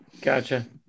gotcha